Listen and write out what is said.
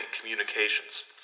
communications